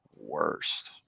worst